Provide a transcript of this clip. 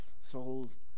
souls